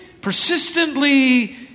persistently